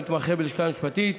המתמחה בלשכה המשפטית,